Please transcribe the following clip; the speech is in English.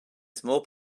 small